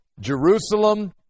Jerusalem